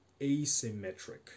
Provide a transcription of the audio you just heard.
asymmetric